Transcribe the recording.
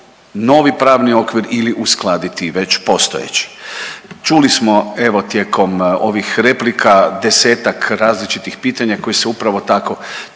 novi pravni okvir ili uskladiti već postojeći. Čuli smo evo tijekom ovih replika desetak različitih pitanja koja se upravo tako